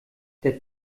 der